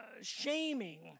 shaming